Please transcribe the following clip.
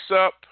up